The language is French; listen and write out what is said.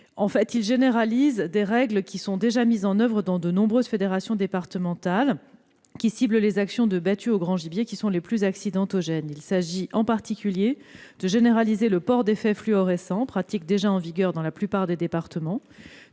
tend à généraliser des règles qui sont déjà mises en oeuvre dans de nombreuses fédérations départementales et qui ciblent les actions de battue au grand gibier, les plus accidentogènes. Il s'agit en particulier de généraliser le port d'effets fluorescents- pratique déjà en vigueur dans la plupart des départements